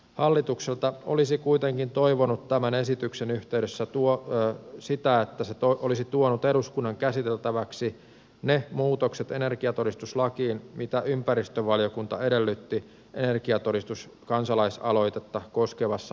hallitukselta olisi kuitenkin toivonut tämän esityksen yhteydessä sitä että se olisi tuonut eduskunnan käsiteltäväksi ne muutokset energiatodistuslakiin mitä ympäristövaliokunta edellytti energiatodistuskansalaisaloitetta koskevassa mietinnössään